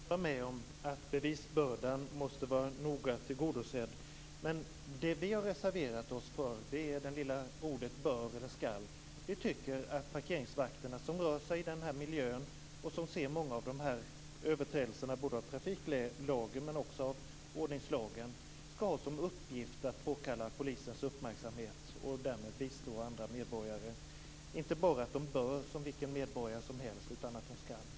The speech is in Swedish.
Fru talman! Jag kan hålla med om att man måste vara noga i fråga om bevisbördan. Men vi har reserverat oss när det gäller orden bör eller skall. Vi tycker att parkeringsvakterna, som rör sig i den här miljön och som ser många av överträdelserna både av trafiklagen och ordningslagen, skall ha som uppgift att påkalla polisens uppmärksamhet och därmed bistå andra medborgare. De inte bara bör, som vilken medborgare som helst, utan skall göra det här.